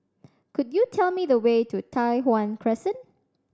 could you tell me the way to Tai Hwan Crescent